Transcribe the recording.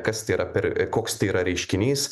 kas tai yra per koks tai yra reiškinys